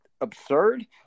absurd